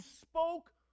spoke